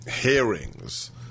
hearings